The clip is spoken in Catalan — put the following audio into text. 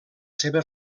seva